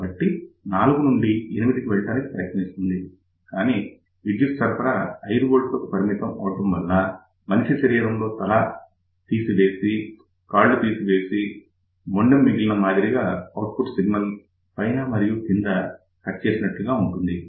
కాబట్టి 4 నుండి 8 కి వెళ్ళటానికి ప్రయత్నిస్తుంది కానీ విద్యుత్ సరఫరా 5 V కు పరిమితం అవ్వడం వల్ల మనిషి శరీరంలో తల మరియు కాళ్ళు తీసివేసి మొండెం మిగిలిన మాదిరిగా అవుట్పుట్ సిగ్నల్ పైన మరియు కింద కట్ చేసినట్లుగా ఉంటుంది